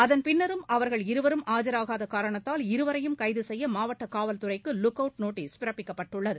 அதன்பின்னரும் அவர்கள் இருவரும் ஆஜராகாத காரணத்தால் இருவரையும் கைது செய்ய மாவட்ட காவல்துறைக்கு லுக்அவுட் நோட்டீஸ் பிறப்பிக்கப்பட்டுள்ளது